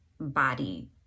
body